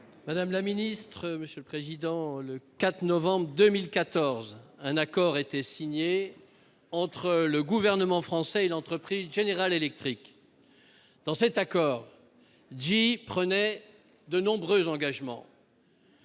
Madame la secrétaire d'État, le 4 novembre 2014, un accord était signé entre le Gouvernement français et l'entreprise General Electric, ou GE. Dans cet accord, GE prenait de nombreux engagements.